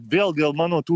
vėl dėl mano tų